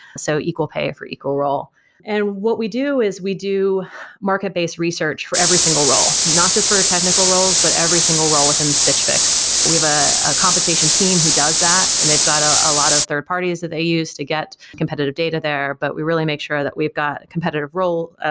so equal pay for equal role and what we do is we do market-based research for every single role, not just for our technical roles, but every single role within stitch fix. we have a compensation team who does that and they've got ah a lot of third parties that they use to get competitive data there, but we really make sure that we've got a competitive role,